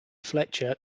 fletcher